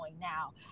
now